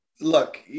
look